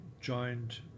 joined